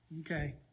Okay